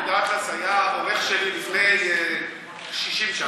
יהודה אטלס היה עורך שלי לפני 60 שנה.